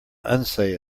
unsay